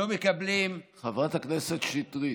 חברת הכנסת שטרית,